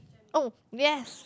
oh yes